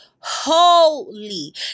Holy